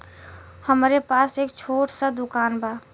हमरे पास एक छोट स दुकान बा